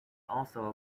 also